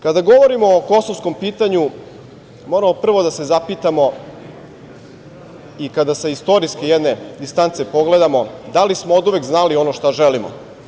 Kada govorimo o kosovskom pitanju, moramo prvo da se zapitamo i kada sa istorijske jedne distance pogledamo, da li smo oduvek znali ono šta želimo?